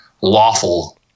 lawful